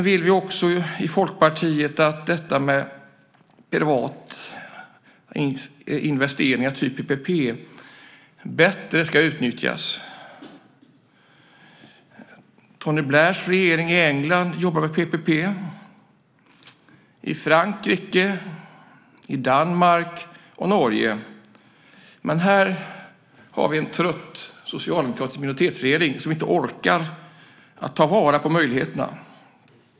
Vi i Folkpartiet vill att privata investeringar, till exempel PPP, bättre ska utnyttjas. Tony Blairs regering i England jobbar med PPP. Det gäller Frankrike, Danmark och Norge också. Men här har vi en trött socialdemokratisk minoritetsregering som inte orkar ta vara på möjligheterna.